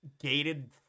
gated